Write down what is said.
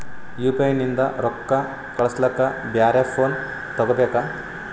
UPI ನಿಂದ ರೊಕ್ಕ ಕಳಸ್ಲಕ ಬ್ಯಾರೆ ಫೋನ ತೋಗೊಬೇಕ?